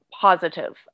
positive